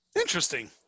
Interesting